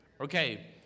Okay